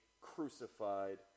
crucified